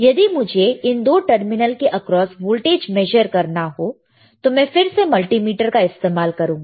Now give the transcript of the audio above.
यदि मुझे इन दो टर्मिनल के अक्रॉस वोल्टेज मेजर करना हो तो मैं फिर से मल्टीमीटर का इस्तेमाल करूंगा